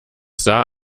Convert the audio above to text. sah